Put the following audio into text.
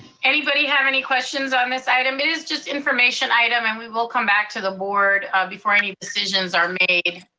anybody have any questions on this item? it is just information item, and we will come back to the board ah before any decisions are made.